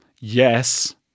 yes